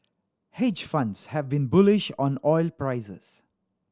hedge funds have been bullish on oil prices